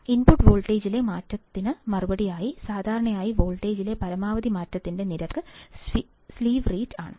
input വോൾട്ടേജിലെ മാറ്റത്തിന് മറുപടിയായി സാധാരണയായി വോൾട്ടേജിലെ പരമാവധി മാറ്റത്തിന്റെ നിരക്ക് സ്ലീവ് റേറ്റ് ആണ്